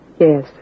Yes